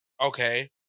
Okay